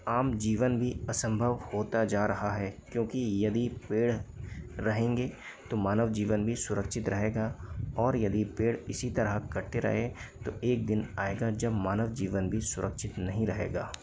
आम जीवन भी असंभव होता जा रहा है क्योंकि यदि पेड़ रहेंगे तो मानव जीवन भी सुरक्षित रहेगा और यदि पेड़ इसी तरह कटते रहे तो एक दिन आएगा जब मानव जीवन भी सुरक्षित नहीं रहेगा